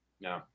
No